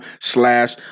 slash